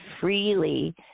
freely